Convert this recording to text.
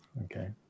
Okay